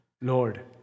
Lord